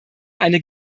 eine